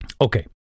okay